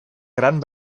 gran